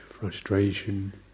frustration